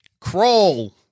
Crawl